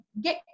get